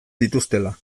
dituztela